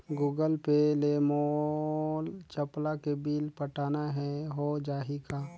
Google Pay ले मोल चपला के बिल पटाना हे, हो जाही का?